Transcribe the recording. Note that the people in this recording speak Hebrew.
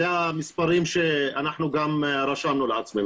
אלה המספרים שאנחנו גם רשמנו לעצמנו.